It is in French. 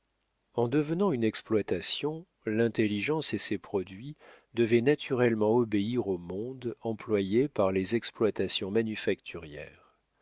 en devenant une exploitation l'intelligence et ses produits devaient naturellement obéir au mode employé par les exploitations manufacturières